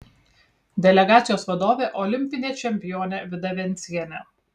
delegacijos vadovė olimpinė čempionė vida vencienė